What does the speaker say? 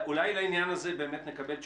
אולי לעניין הזה באמת נקבל תשובה.